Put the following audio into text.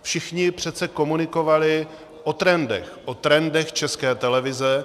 Všichni přece komunikovali o trendech, o trendech České televize.